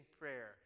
prayer